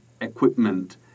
equipment